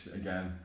again